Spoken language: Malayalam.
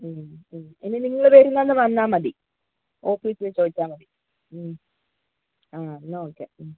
ഇനി നിങ്ങൾ വരുന്ന അന്ന് വന്നാൽ മതി ഓഫീസിൽ ചോദിച്ചാൽ മതി ആ എന്നാൽ ഓക്കെ